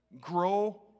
grow